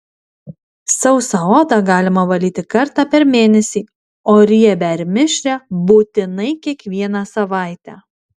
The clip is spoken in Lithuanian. sausą odą galima valyti kartą per mėnesį o riebią ir mišrią būtinai kiekvieną savaitę